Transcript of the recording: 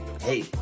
Hey